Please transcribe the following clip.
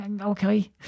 okay